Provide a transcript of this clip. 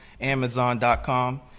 amazon.com